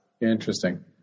Interesting